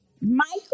Michael